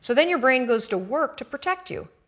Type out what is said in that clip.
so then your brain goes to work to protect you,